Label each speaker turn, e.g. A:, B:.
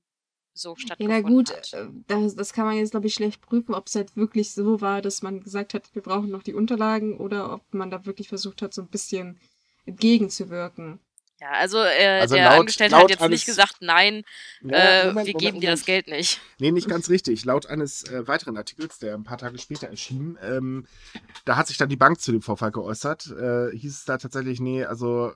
A: so
B: Ja, na
A: stattgefunden
B: gut,
A: hat.
B: äh, das- das kann man jetzt, glaub ich, schlecht prüfen, ob's halt wirklich so war, dass man gesagt hat, wir brauchen noch die Unterlagen, oder ob man da wirklich versucht hat, so ein bisschen entgegenzuwirken.
A: Ja, also, äh,
C: Also
A: der
C: laut-
A: Angestellte hat
C: laut
A: jetzt nicht
C: eines-
A: gesagt, nein,
C: Moment,
A: äh, wir geben
C: Moment, Moment.
A: dir das Geld nicht.
C: Nee, nicht ganz richtig. Laut eines, äh, weiteren Artikels, der ein paar Tage später erschien, ähm, da hat sich dann die Bank zu dem Vorfall geäußert, äh, hieß es da tatsächlich, nee, also,